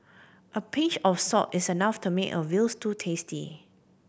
a pinch of salt is enough to make a veal stew tasty